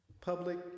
public